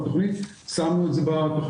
--- בתכנית, שמנו את זה בתכנית.